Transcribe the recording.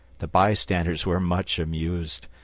the bystanders were much amused,